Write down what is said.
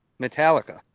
Metallica